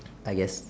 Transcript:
I guess